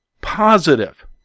positive